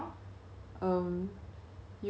don't you have a dance later on